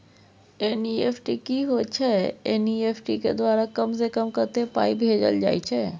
NEFT की होय छै एन.ई.एफ.टी के द्वारा कम से कम कत्ते पाई भेजल जाय छै?